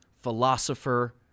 philosopher